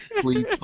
Please